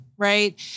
Right